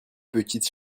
petites